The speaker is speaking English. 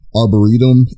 arboretum